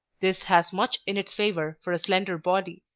this has much in its favor for a slender body.